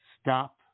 Stop